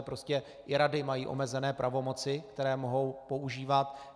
Prostě i rady mají omezené pravomoci, které mohou používat.